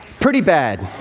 pretty bad.